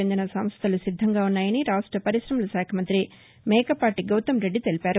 చెందిన సంస్థలు సిద్ధంగా ఉన్నాయని రాష్ట పరిశ్రమలశాఖ మంతి మేకపాటి గౌతమ్రెడ్డి తెలిపారు